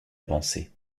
pensée